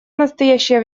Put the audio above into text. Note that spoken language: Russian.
настоящее